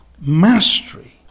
mastery